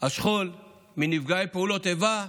השכול מנפגעי פעולות איבה,